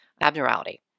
abnormality